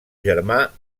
germà